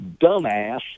Dumbass